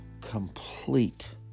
complete